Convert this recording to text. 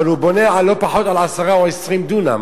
אבל הוא בונה על לא פחות מ-10 או 20 דונם.